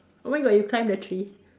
oh my god you climbed the tree